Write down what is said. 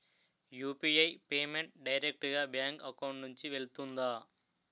UPI payment direct గా bank account నుంచి వెళ్తుందా?